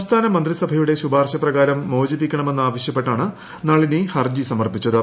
സംസ്ഥാന മന്ത്രിസഭയുടെ ശുപാർശ പ്രകാരം മോചിപ്പിക്കണമെന്നാവശ്യപ്പെട്ടാണ് നളിനി ഹർജി സമർപ്പിച്ചത്